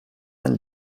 and